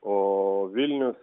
o vilnius